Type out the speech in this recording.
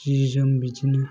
जि जोम बिदिनो